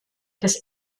das